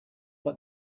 what